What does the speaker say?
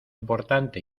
importante